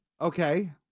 Okay